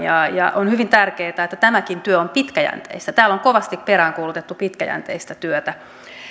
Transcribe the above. on hyvin tärkeätä että tämäkin työ on pitkäjänteistä täällä on kovasti peräänkuulutettu pitkäjänteistä työtä